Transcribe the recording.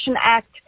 Act